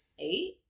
Eight